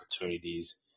opportunities